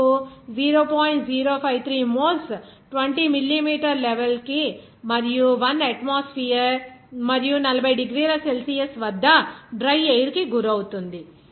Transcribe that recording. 053 moles 20 millimetre level కి మరియు 1 atmosphere మరియు 40 డిగ్రీల సెల్సియస్ వద్ద డ్రై ఎయిర్ కి గురవుతుంది